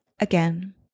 again